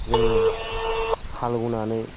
जोङो हालेवनानै